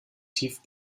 tief